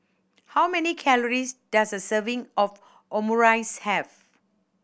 how many calories does a serving of Omurice have